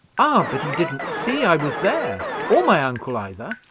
ah, but he didn't see i was there, or my uncle either,